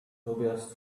tobias